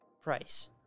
price